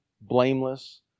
blameless